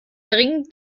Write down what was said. dringend